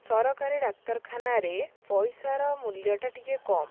ସରକାରୀ ଡାକ୍ତରଖାନାରେ ପଇସାର ମୂଲ୍ୟଟା ଟିକେ କମ